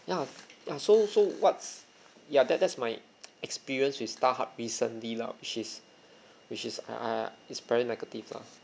ya ya so so what's ya that that's my experience with starhub recently lah which is which is I I uh is very negative lah